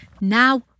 Now